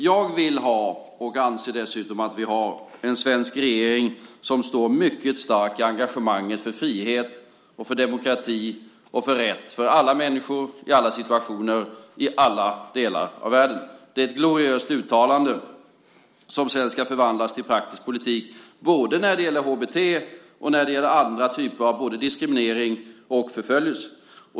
Jag vill ha, och anser dessutom att vi har, en svensk regering som står mycket stark i engagemanget för frihet, för demokrati och för rätt för alla människor i alla situationer i alla delar av världen. Det är ett gloriöst uttalande som sedan ska förvandlas till praktisk politik både när det gäller HBT och när det gäller olika typer av både diskriminering och förföljelse.